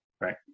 right